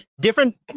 different